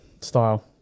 style